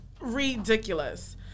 Ridiculous